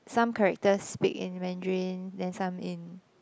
some characters speak in Mandarin then some in